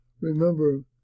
remember